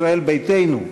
ישראל ביתנו,